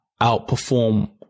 outperform